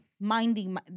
minding